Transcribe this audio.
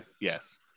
yes